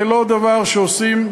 זה לא דבר שעושים,